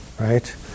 right